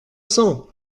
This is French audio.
cents